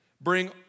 bring